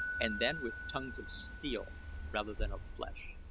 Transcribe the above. and then with tongues of steel rather than of flesh.